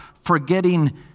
forgetting